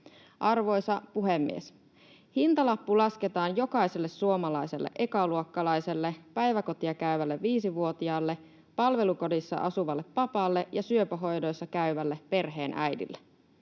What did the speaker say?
Arvoisa puhemies! Hintalappu lasketaan jokaiselle suomalaiselle ekaluokkalaiselle, päiväkotia käyvälle viisivuotiaalle, palvelukodissa asuvalle papalle ja syöpähoidoissa käyvälle perheenäidille.